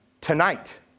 tonight